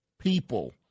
people